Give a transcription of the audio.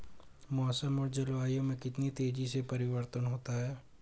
मौसम और जलवायु में कितनी तेजी से परिवर्तन होता है?